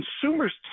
consumers